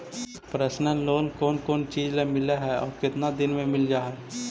Personal loan कोन कोन चिज ल मिल है और केतना दिन में मिल जा है?